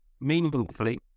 meaningfully